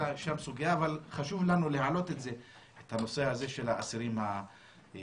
אבל חשוב לנו להעלות גם את הנושא הזה של האסירים הביטחוניים.